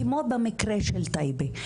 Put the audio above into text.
כמו במקרה של טייבה,